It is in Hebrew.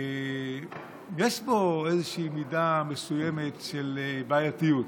יש בו איזו מידה מסוימת של בעייתיות.